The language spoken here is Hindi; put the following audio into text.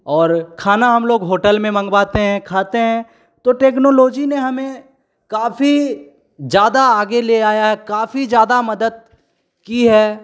और खाना हम लोग होटल में मंगवाते हैं खाते हैं तो टेक्नोलॉजी में हमें काफ़ी ज़्यादा आगे ले आया है काफ़ी ज़्यादा मदद की है